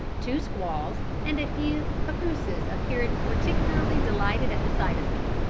two squaws and a few papooses appeared particularly delighted at the sight of me,